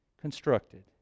constructed